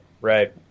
right